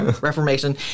Reformation